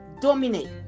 dominate